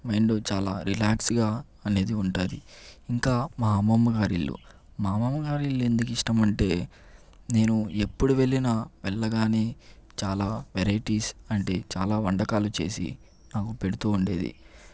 mind చాలా relax గా అనేది ఉంటుంది ఇంకా మా అమ్మమ్మగారిల్లు మా అమ్మమ్మగారి ఇల్లు ఎందుకు ఇష్టం అంటే నేను ఎప్పుడు వెళ్ళినా వెళ్ళగానే చాలా వెరైటీస్ అంటే చాలా వంటకాలు చేసి నాకు పెడుతూ ఉండేది